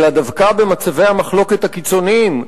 אלא דווקא במצבי המחלוקת הקיצוניים,